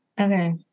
okay